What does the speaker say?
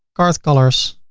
cart colors,